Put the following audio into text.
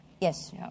Yes